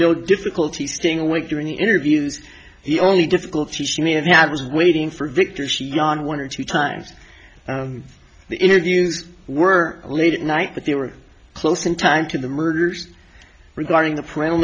little difficulty staying awake during the interviews the only difficulty she may have had was waiting for victor she's gone one or two times the interviews were late at night but they were close in time to the murders regarding the pre